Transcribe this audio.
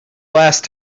last